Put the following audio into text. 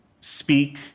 speak